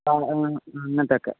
ആ ആ അങ്ങനത്തെയൊക്കെ